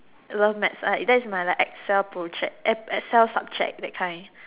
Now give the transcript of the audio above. love maths I that is my like Excel project eh Excel subject that kind